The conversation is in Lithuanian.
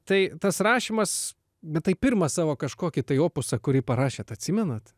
tai tas rašymas bet tai pirmą savo kažkokį tai opusą kurį parašėt atsimenat